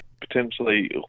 potentially